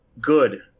Good